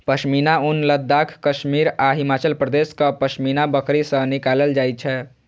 पश्मीना ऊन लद्दाख, कश्मीर आ हिमाचल प्रदेशक पश्मीना बकरी सं निकालल जाइ छै